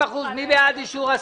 50% מי בעד אישור הסעיף?